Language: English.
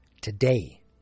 Today